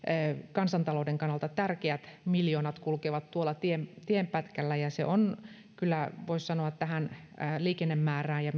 kansantalouden kannalta tärkeät miljoonat kulkevat tuolla tienpätkällä ja se on kyllä voisi sanoa tähän liikennemäärään ja